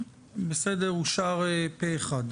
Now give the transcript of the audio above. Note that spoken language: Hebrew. הצבעה אושר התקנות אושרו פה אחד.